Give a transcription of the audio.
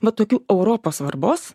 vat tokių europos svarbos